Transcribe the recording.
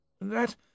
That